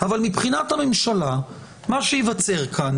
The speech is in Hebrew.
אבל מבחינת הממשלה מה שייווצר כאן,